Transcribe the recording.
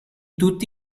tutti